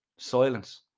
Silence